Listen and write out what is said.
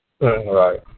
Right